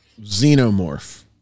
xenomorph